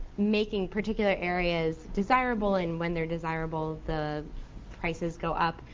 making particular areas desirable, and when they're desirable, the prices go up.